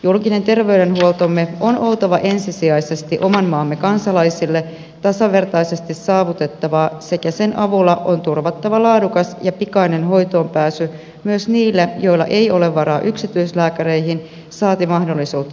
julkisen terveydenhuoltomme on oltava ensisijaisesti oman maamme kansalaisille tasavertaisesti saavutettavaa ja sen avulla on turvattava laadukas ja pikainen hoitoon pääsy myös niille joilla ei ole varaa yksityislääkäreihin saati mahdollisuutta työterveyshuoltoon